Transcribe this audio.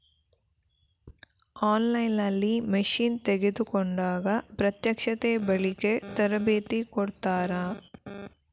On line ನಲ್ಲಿ machine ತೆಕೋಂಡಾಗ ಪ್ರತ್ಯಕ್ಷತೆ, ಬಳಿಕೆ, ತರಬೇತಿ ಕೊಡ್ತಾರ?